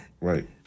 right